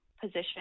position